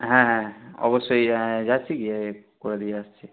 হ্যাঁ হ্যাঁ অবশ্যই যাচ্ছি কি করে দিয়ে আসছি